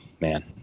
Man